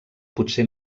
potser